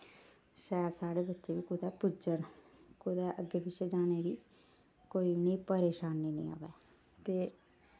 शैल साढ़े बच्चे बी कुतै पुज्जन कुतै अग्गै पिच्छै जाने दी कोई इनें ई परेशानी निं आवै ते